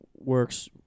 works